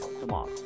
tomorrow